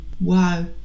wow